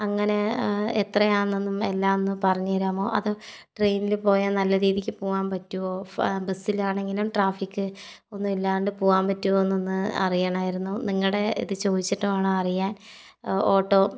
അങ്ങനെ എത്രയാണെന്നും എല്ലാം ഒന്ന് പറഞ്ഞു തരാമോ അതോ ട്രെയിനിൽ പോയാൽ നല്ല രീതിയ്ക്ക് പോകുവാൻ പറ്റുമോ ബസ്സിലാണെങ്കിലും ട്രാഫിക്ക് ഒന്നും ഇല്ലാണ്ട് പോകുവാൻ പറ്റുമോ എന്നൊന്ന് അറിയണമായിരുന്നു നിങ്ങളുടെ ഇത് ചോദിച്ചിട്ട് വേണം അറിയാൻ ഓട്ടോ